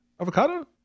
Avocado